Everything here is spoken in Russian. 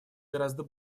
гораздо